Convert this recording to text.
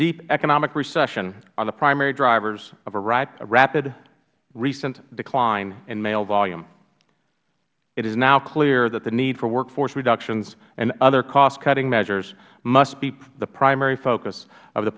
deep economic recession are the primary drivers of a rapid recent decline in mail volume it is now clear that the need for workforce reductions and other cost cutting measures must be the primary focus of the